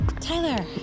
Tyler